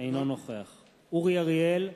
אינו נוכח אורי אריאל,